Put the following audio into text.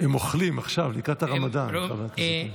הם אוכלים עכשיו לקראת הרמדאן, חבר הכנסת טיבי.